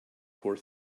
poor